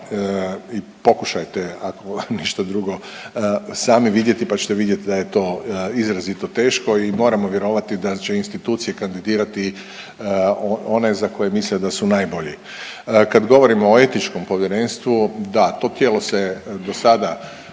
i pokušajte ako ništa drugo sami vidjeti pa ćete vidjeti da je to izrazito teško i moramo vjerovati da će institucije kandidirati one za koje misle da su najbolji. Kad govorimo o etičkom povjerenstvu, da, to tijelo se do sada